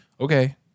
Okay